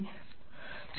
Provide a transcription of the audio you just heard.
વિદ્યાર્થી સીમા પાસે a છે